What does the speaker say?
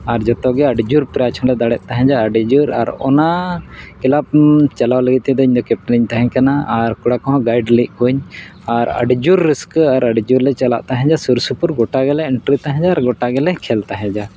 ᱟᱨ ᱡᱚᱛᱚᱜᱮ ᱟᱹᱰᱤ ᱡᱳᱨ ᱯᱨᱟᱭᱤᱡᱽ ᱦᱚᱸᱞᱮ ᱫᱟᱲᱮᱜ ᱛᱟᱦᱮᱡᱟ ᱟᱹᱰᱤ ᱡᱳᱨ ᱟᱨ ᱚᱱᱟ ᱠᱞᱟᱵᱽ ᱪᱟᱞᱟᱣ ᱞᱟᱹᱜᱤᱫ ᱛᱮᱫ ᱤᱧᱫᱚ ᱠᱮᱯᱴᱮᱱᱤᱧ ᱛᱟᱦᱮᱸ ᱠᱟᱱᱟ ᱟᱨ ᱠᱚᱲᱟ ᱠᱚᱦᱚᱸ ᱜᱟᱭᱤᱰ ᱞᱮᱫ ᱠᱚᱣᱟᱹᱧ ᱟᱨ ᱟᱹᱰᱤ ᱡᱳᱨ ᱨᱟᱹᱥᱠᱟᱹ ᱟᱨ ᱟᱹᱰᱤ ᱡᱳᱨᱞᱮ ᱪᱟᱞᱟᱜ ᱛᱟᱦᱮᱱᱟ ᱥᱩᱨ ᱥᱩᱯᱩᱨ ᱜᱚᱴᱟᱜᱮᱞᱮ ᱮᱱᱴᱨᱤ ᱛᱟᱦᱮᱱᱟ ᱟᱨ ᱜᱚᱴᱟ ᱜᱮᱞᱮ ᱠᱷᱮᱞ ᱛᱟᱦᱮᱱᱟ